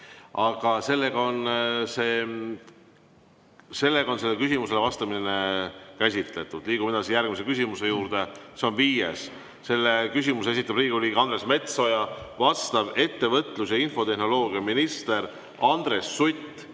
ei loe. Selle küsimuse käsitlemine on lõpetatud. Liigume edasi järgmise küsimuse juurde, see on viies. Selle küsimuse esitab Riigikogu liige Andres Metsoja, vastab ettevõtlus‑ ja infotehnoloogiaminister Andres Sutt